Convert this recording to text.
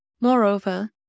Moreover